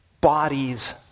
Bodies